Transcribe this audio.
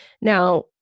Now